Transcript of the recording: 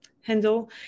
handle